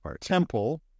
Temple